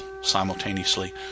simultaneously